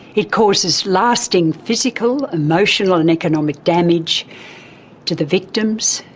it causes lasting physical, emotional and economic damage to the victims,